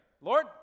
Lord